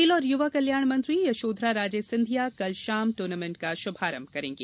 खेल और युवा कल्याण मंत्री यशोधरा राजे सिंधिया कल शाम टूर्नामेंट का शुभारंभ करेंगी